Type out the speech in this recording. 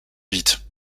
vite